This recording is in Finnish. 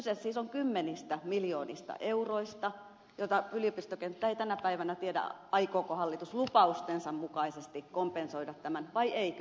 kyse siis on kymmenistä miljoonista euroista joista yliopistokenttä ei tänä päivänä tiedä aikooko hallitus lupaustensa mukaisesti kompensoida ne vai eikö aio